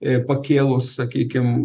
ir pakėlus sakykim